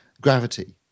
gravity